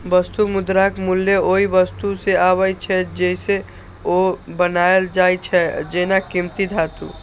वस्तु मुद्राक मूल्य ओइ वस्तु सं आबै छै, जइसे ओ बनायल जाइ छै, जेना कीमती धातु